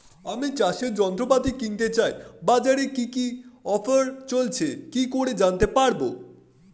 আমি চাষের যন্ত্রপাতি কিনতে চাই বাজারে কি কি অফার চলছে কি করে জানতে পারবো?